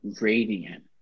radiant